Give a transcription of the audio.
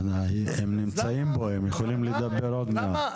הם נמצאים פה, הם יכולים לדבר עוד מעט.